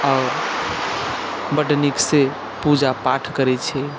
आओर बड्ड नीकसँ पूजा पाठ करैत छियै